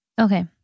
Okay